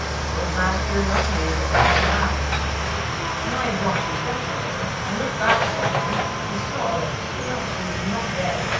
this old man's curiosity is a thing of the past when i had gone a few steps, however, i looked back suddenly, and saw that curiosity was not dead,